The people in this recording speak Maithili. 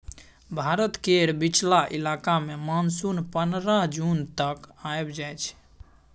भारत केर बीचला इलाका मे मानसून पनरह जून तक आइब जाइ छै